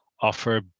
offer